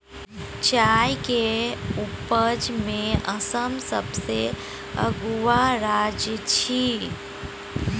चाय के उपजा में आसाम सबसे अगुआ राज्य छइ